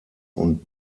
und